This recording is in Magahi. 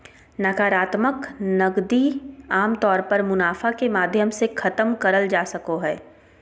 नाकरात्मक नकदी आमतौर पर मुनाफा के माध्यम से खतम करल जा सको हय